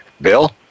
Bill